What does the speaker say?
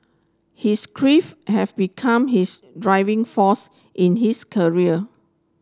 his grief have become his driving force in his career